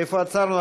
איפה עצרנו?